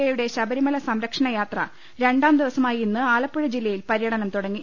എയുടെ ശബരിമല സംരക്ഷണ യാത്ര രണ്ടാം ദിവസമായ ഇന്ന് ആലപ്പുഴ ജില്ലയിൽ പര്യടനം തുടങ്ങി